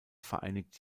vereinigt